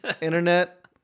Internet